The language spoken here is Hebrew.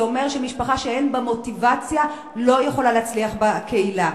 שאומרת שמשפחה שאין בה מוטיבציה לא יכולה להצליח בקהילה.